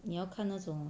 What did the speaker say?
你要看那种